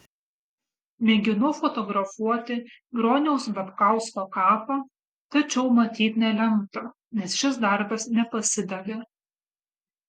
mėginau fotografuoti broniaus babkausko kapą tačiau matyt nelemta nes šis darbas nepasidavė